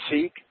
Seek